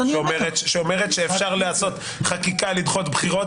שאומרת שאפשר לעשות חקיקה לדחות בחירות